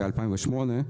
ב-2008,